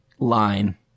Line